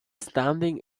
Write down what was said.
standing